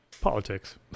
politics